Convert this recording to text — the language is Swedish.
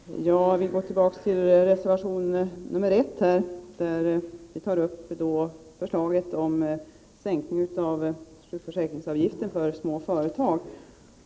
Herr talman! Jag vill gå tillbaka till reservation 1, där vi tar upp förslaget om sänkning av sjukförsäkringsavgiften för småföretag.